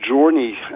journey